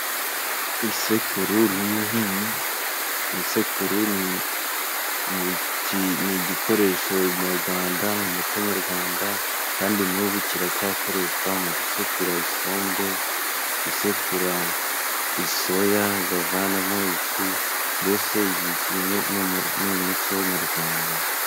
Isekuru n'umuhini, isekuru ni igikoresho nyarwanda mu muco nyarwanda. Kandi n'ubu kiracyakoreshwa mu gusekura isombe, gusekura isoya bavanamo ifu, mbese iki ni umuco nyarwanda.